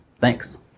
Thanks